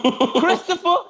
Christopher